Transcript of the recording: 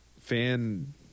fan